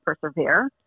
persevere